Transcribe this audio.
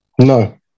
No